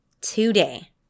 today